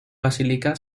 basílica